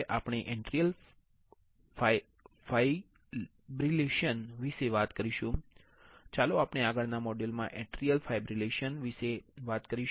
આપણે atrial fibrillation વિશે વાત કરીશું ચાલો આપણે આગળના મોડ્યુલ માં એટ્રીઅલ ફાઇબ્રીલેશન વિશે વાત કરીશું